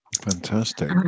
fantastic